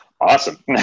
Awesome